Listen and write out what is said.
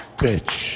bitch